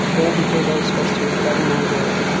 all because i was supposed to be a bloody mind reader.